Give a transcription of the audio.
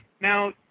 Now